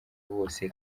wose